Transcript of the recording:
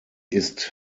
ist